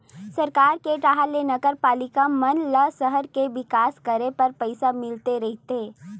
सरकार के डाहर ले नगरपालिका मन ल सहर के बिकास कराय बर पइसा मिलते रहिथे